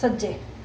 सज्जै